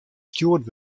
stjoerd